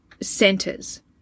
centers